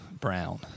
Brown